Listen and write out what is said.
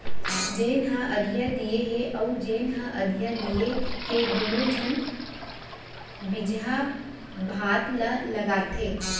जेन ह अधिया दिये हे अउ जेन ह अधिया लिये हे दुनों झन बिजहा भात ल लगाथें